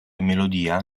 melodia